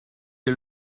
est